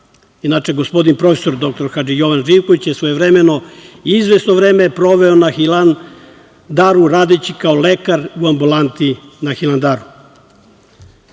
Inače, prof. dr Hadži Jovan Živković je svojevremeno izvesno vreme proveo na Hilandaru, radeći kao lekar u ambulanti na Hilandaru.